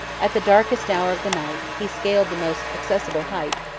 at the darkest hour of the night, he scaled the most accessible height,